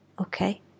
okay